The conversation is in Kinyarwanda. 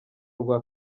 rwa